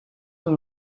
een